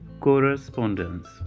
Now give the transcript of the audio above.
Correspondence